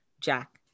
Jack